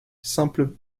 simple